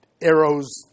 arrows